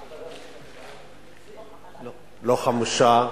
לא חמושה,